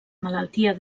malaltia